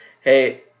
hey